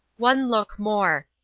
one look more.